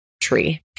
tree